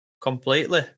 completely